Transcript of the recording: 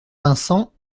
vincent